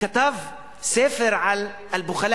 שכתב ספר "אל-בוח'לא",